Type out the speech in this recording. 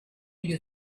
you